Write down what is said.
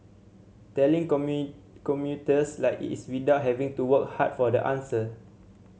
telling commuters like it's without having to work hard for the answer